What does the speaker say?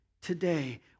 Today